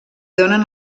donen